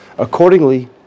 Accordingly